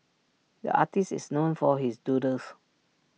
the artist is known for his doodles